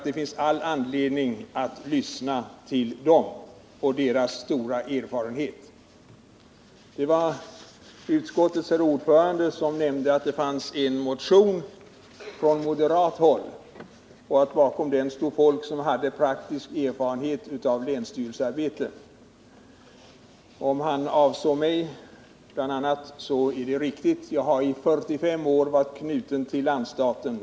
Det finns all anledning att lyssna till dem och ta hänsyn till deras praktiska erfarenhet. Utskottets ordförande nämnde att det väckts en motion från moderat håll och att det bakom den fanns folk med erfarenheter från länsstyrelsearbete. Det är riktigt. För min del har jag i 45 år varit knuten till landsstaten.